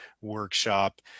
workshop